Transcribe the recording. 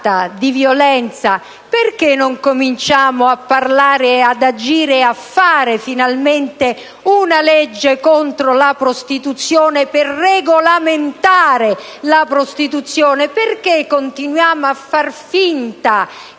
di violenza - non cominciamo a parlare, ad agire e a fare finalmente una legge contro la prostituzione, per regolamentare la prostituzione? Perché continuiamo a fare finta che